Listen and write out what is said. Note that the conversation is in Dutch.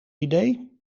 idee